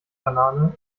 banane